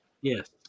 Yes